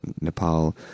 Nepal